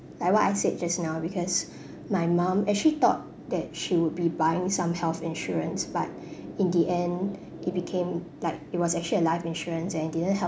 like what I said just now because my mom actually thought that she would be buying some health insurance but in the end it became like it was actually a life insurance and it didn't help